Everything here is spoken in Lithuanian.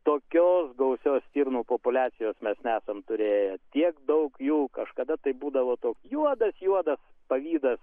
tokios gausios stirnų populiacijos mes nesam turėję tiek daug jų kažkada tai būdavo toks juodas juodas pavydas